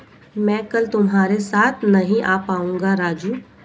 मैं कल तुम्हारे साथ नहीं आ पाऊंगा राजू